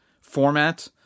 format